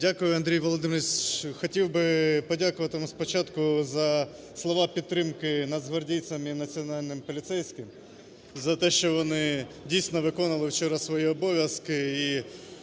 Дякую, Андрій Володимирович. Хотів би подякувати спочатку за слова підтримки нацгвардійцям і національним поліцейським, за те, що вони, дійсно, виконували вчора свої обов'язки.